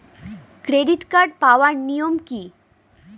Credit card পাওয়ার নিয়ম কী?